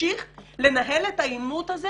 שנמשיך לנהל את העימות הזה